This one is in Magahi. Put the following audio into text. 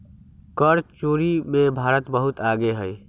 कर चोरी में भारत बहुत आगे हई